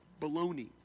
baloney